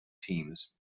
teams